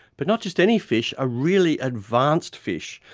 but not just any fish, a really advanced fish,